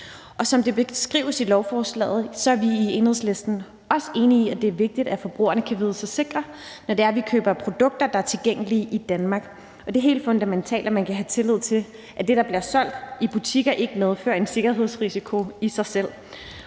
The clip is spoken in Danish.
Som det beskrives i lovforslaget, og det er vi i Enhedslisten også enige i, er det vigtigt, at forbrugerne kan vide sig sikre, når det er, at de køber produkter, der er tilgængelige i Danmark. Det er helt fundamentalt, at man kan have tillid til, at det, der bliver solgt i butikker, ikke medfører en sikkerhedsrisiko i sig selv.